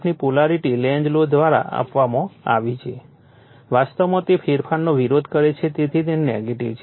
ની પોલારિટી લેન્ઝ લૉ દ્વારા આપવામાં આવી છે વાસ્તવમાં તે ફેરફારનો વિરોધ કરે છે તેથી તે નેગેટિવ છે